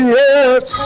yes